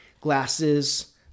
glasses